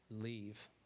leave